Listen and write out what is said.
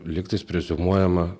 liktais preziumuojama